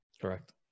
Correct